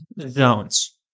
zones